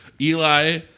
Eli